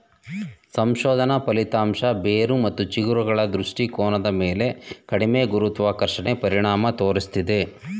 ಸಂಶೋಧನಾ ಫಲಿತಾಂಶ ಬೇರು ಮತ್ತು ಚಿಗುರುಗಳ ದೃಷ್ಟಿಕೋನದ ಮೇಲೆ ಕಡಿಮೆ ಗುರುತ್ವಾಕರ್ಷಣೆ ಪರಿಣಾಮ ತೋರ್ಸಿದೆ